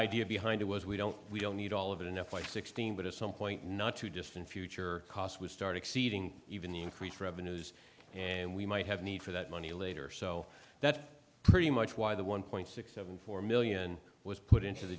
idea behind it was we don't we don't need all of it enough like sixteen but at some point not too distant future cost was started seeding even the increased revenues and we might have need for that money later so that's pretty much why the one point six seven four million was put into the